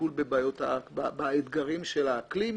לטיפול באתגרים של האקלים.